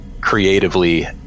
creatively